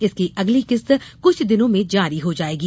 इसकी अगली किस्त कुछ दिनों में जारी हो जाएगी